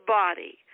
body